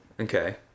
Okay